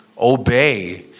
obey